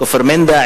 כפר-מנדא,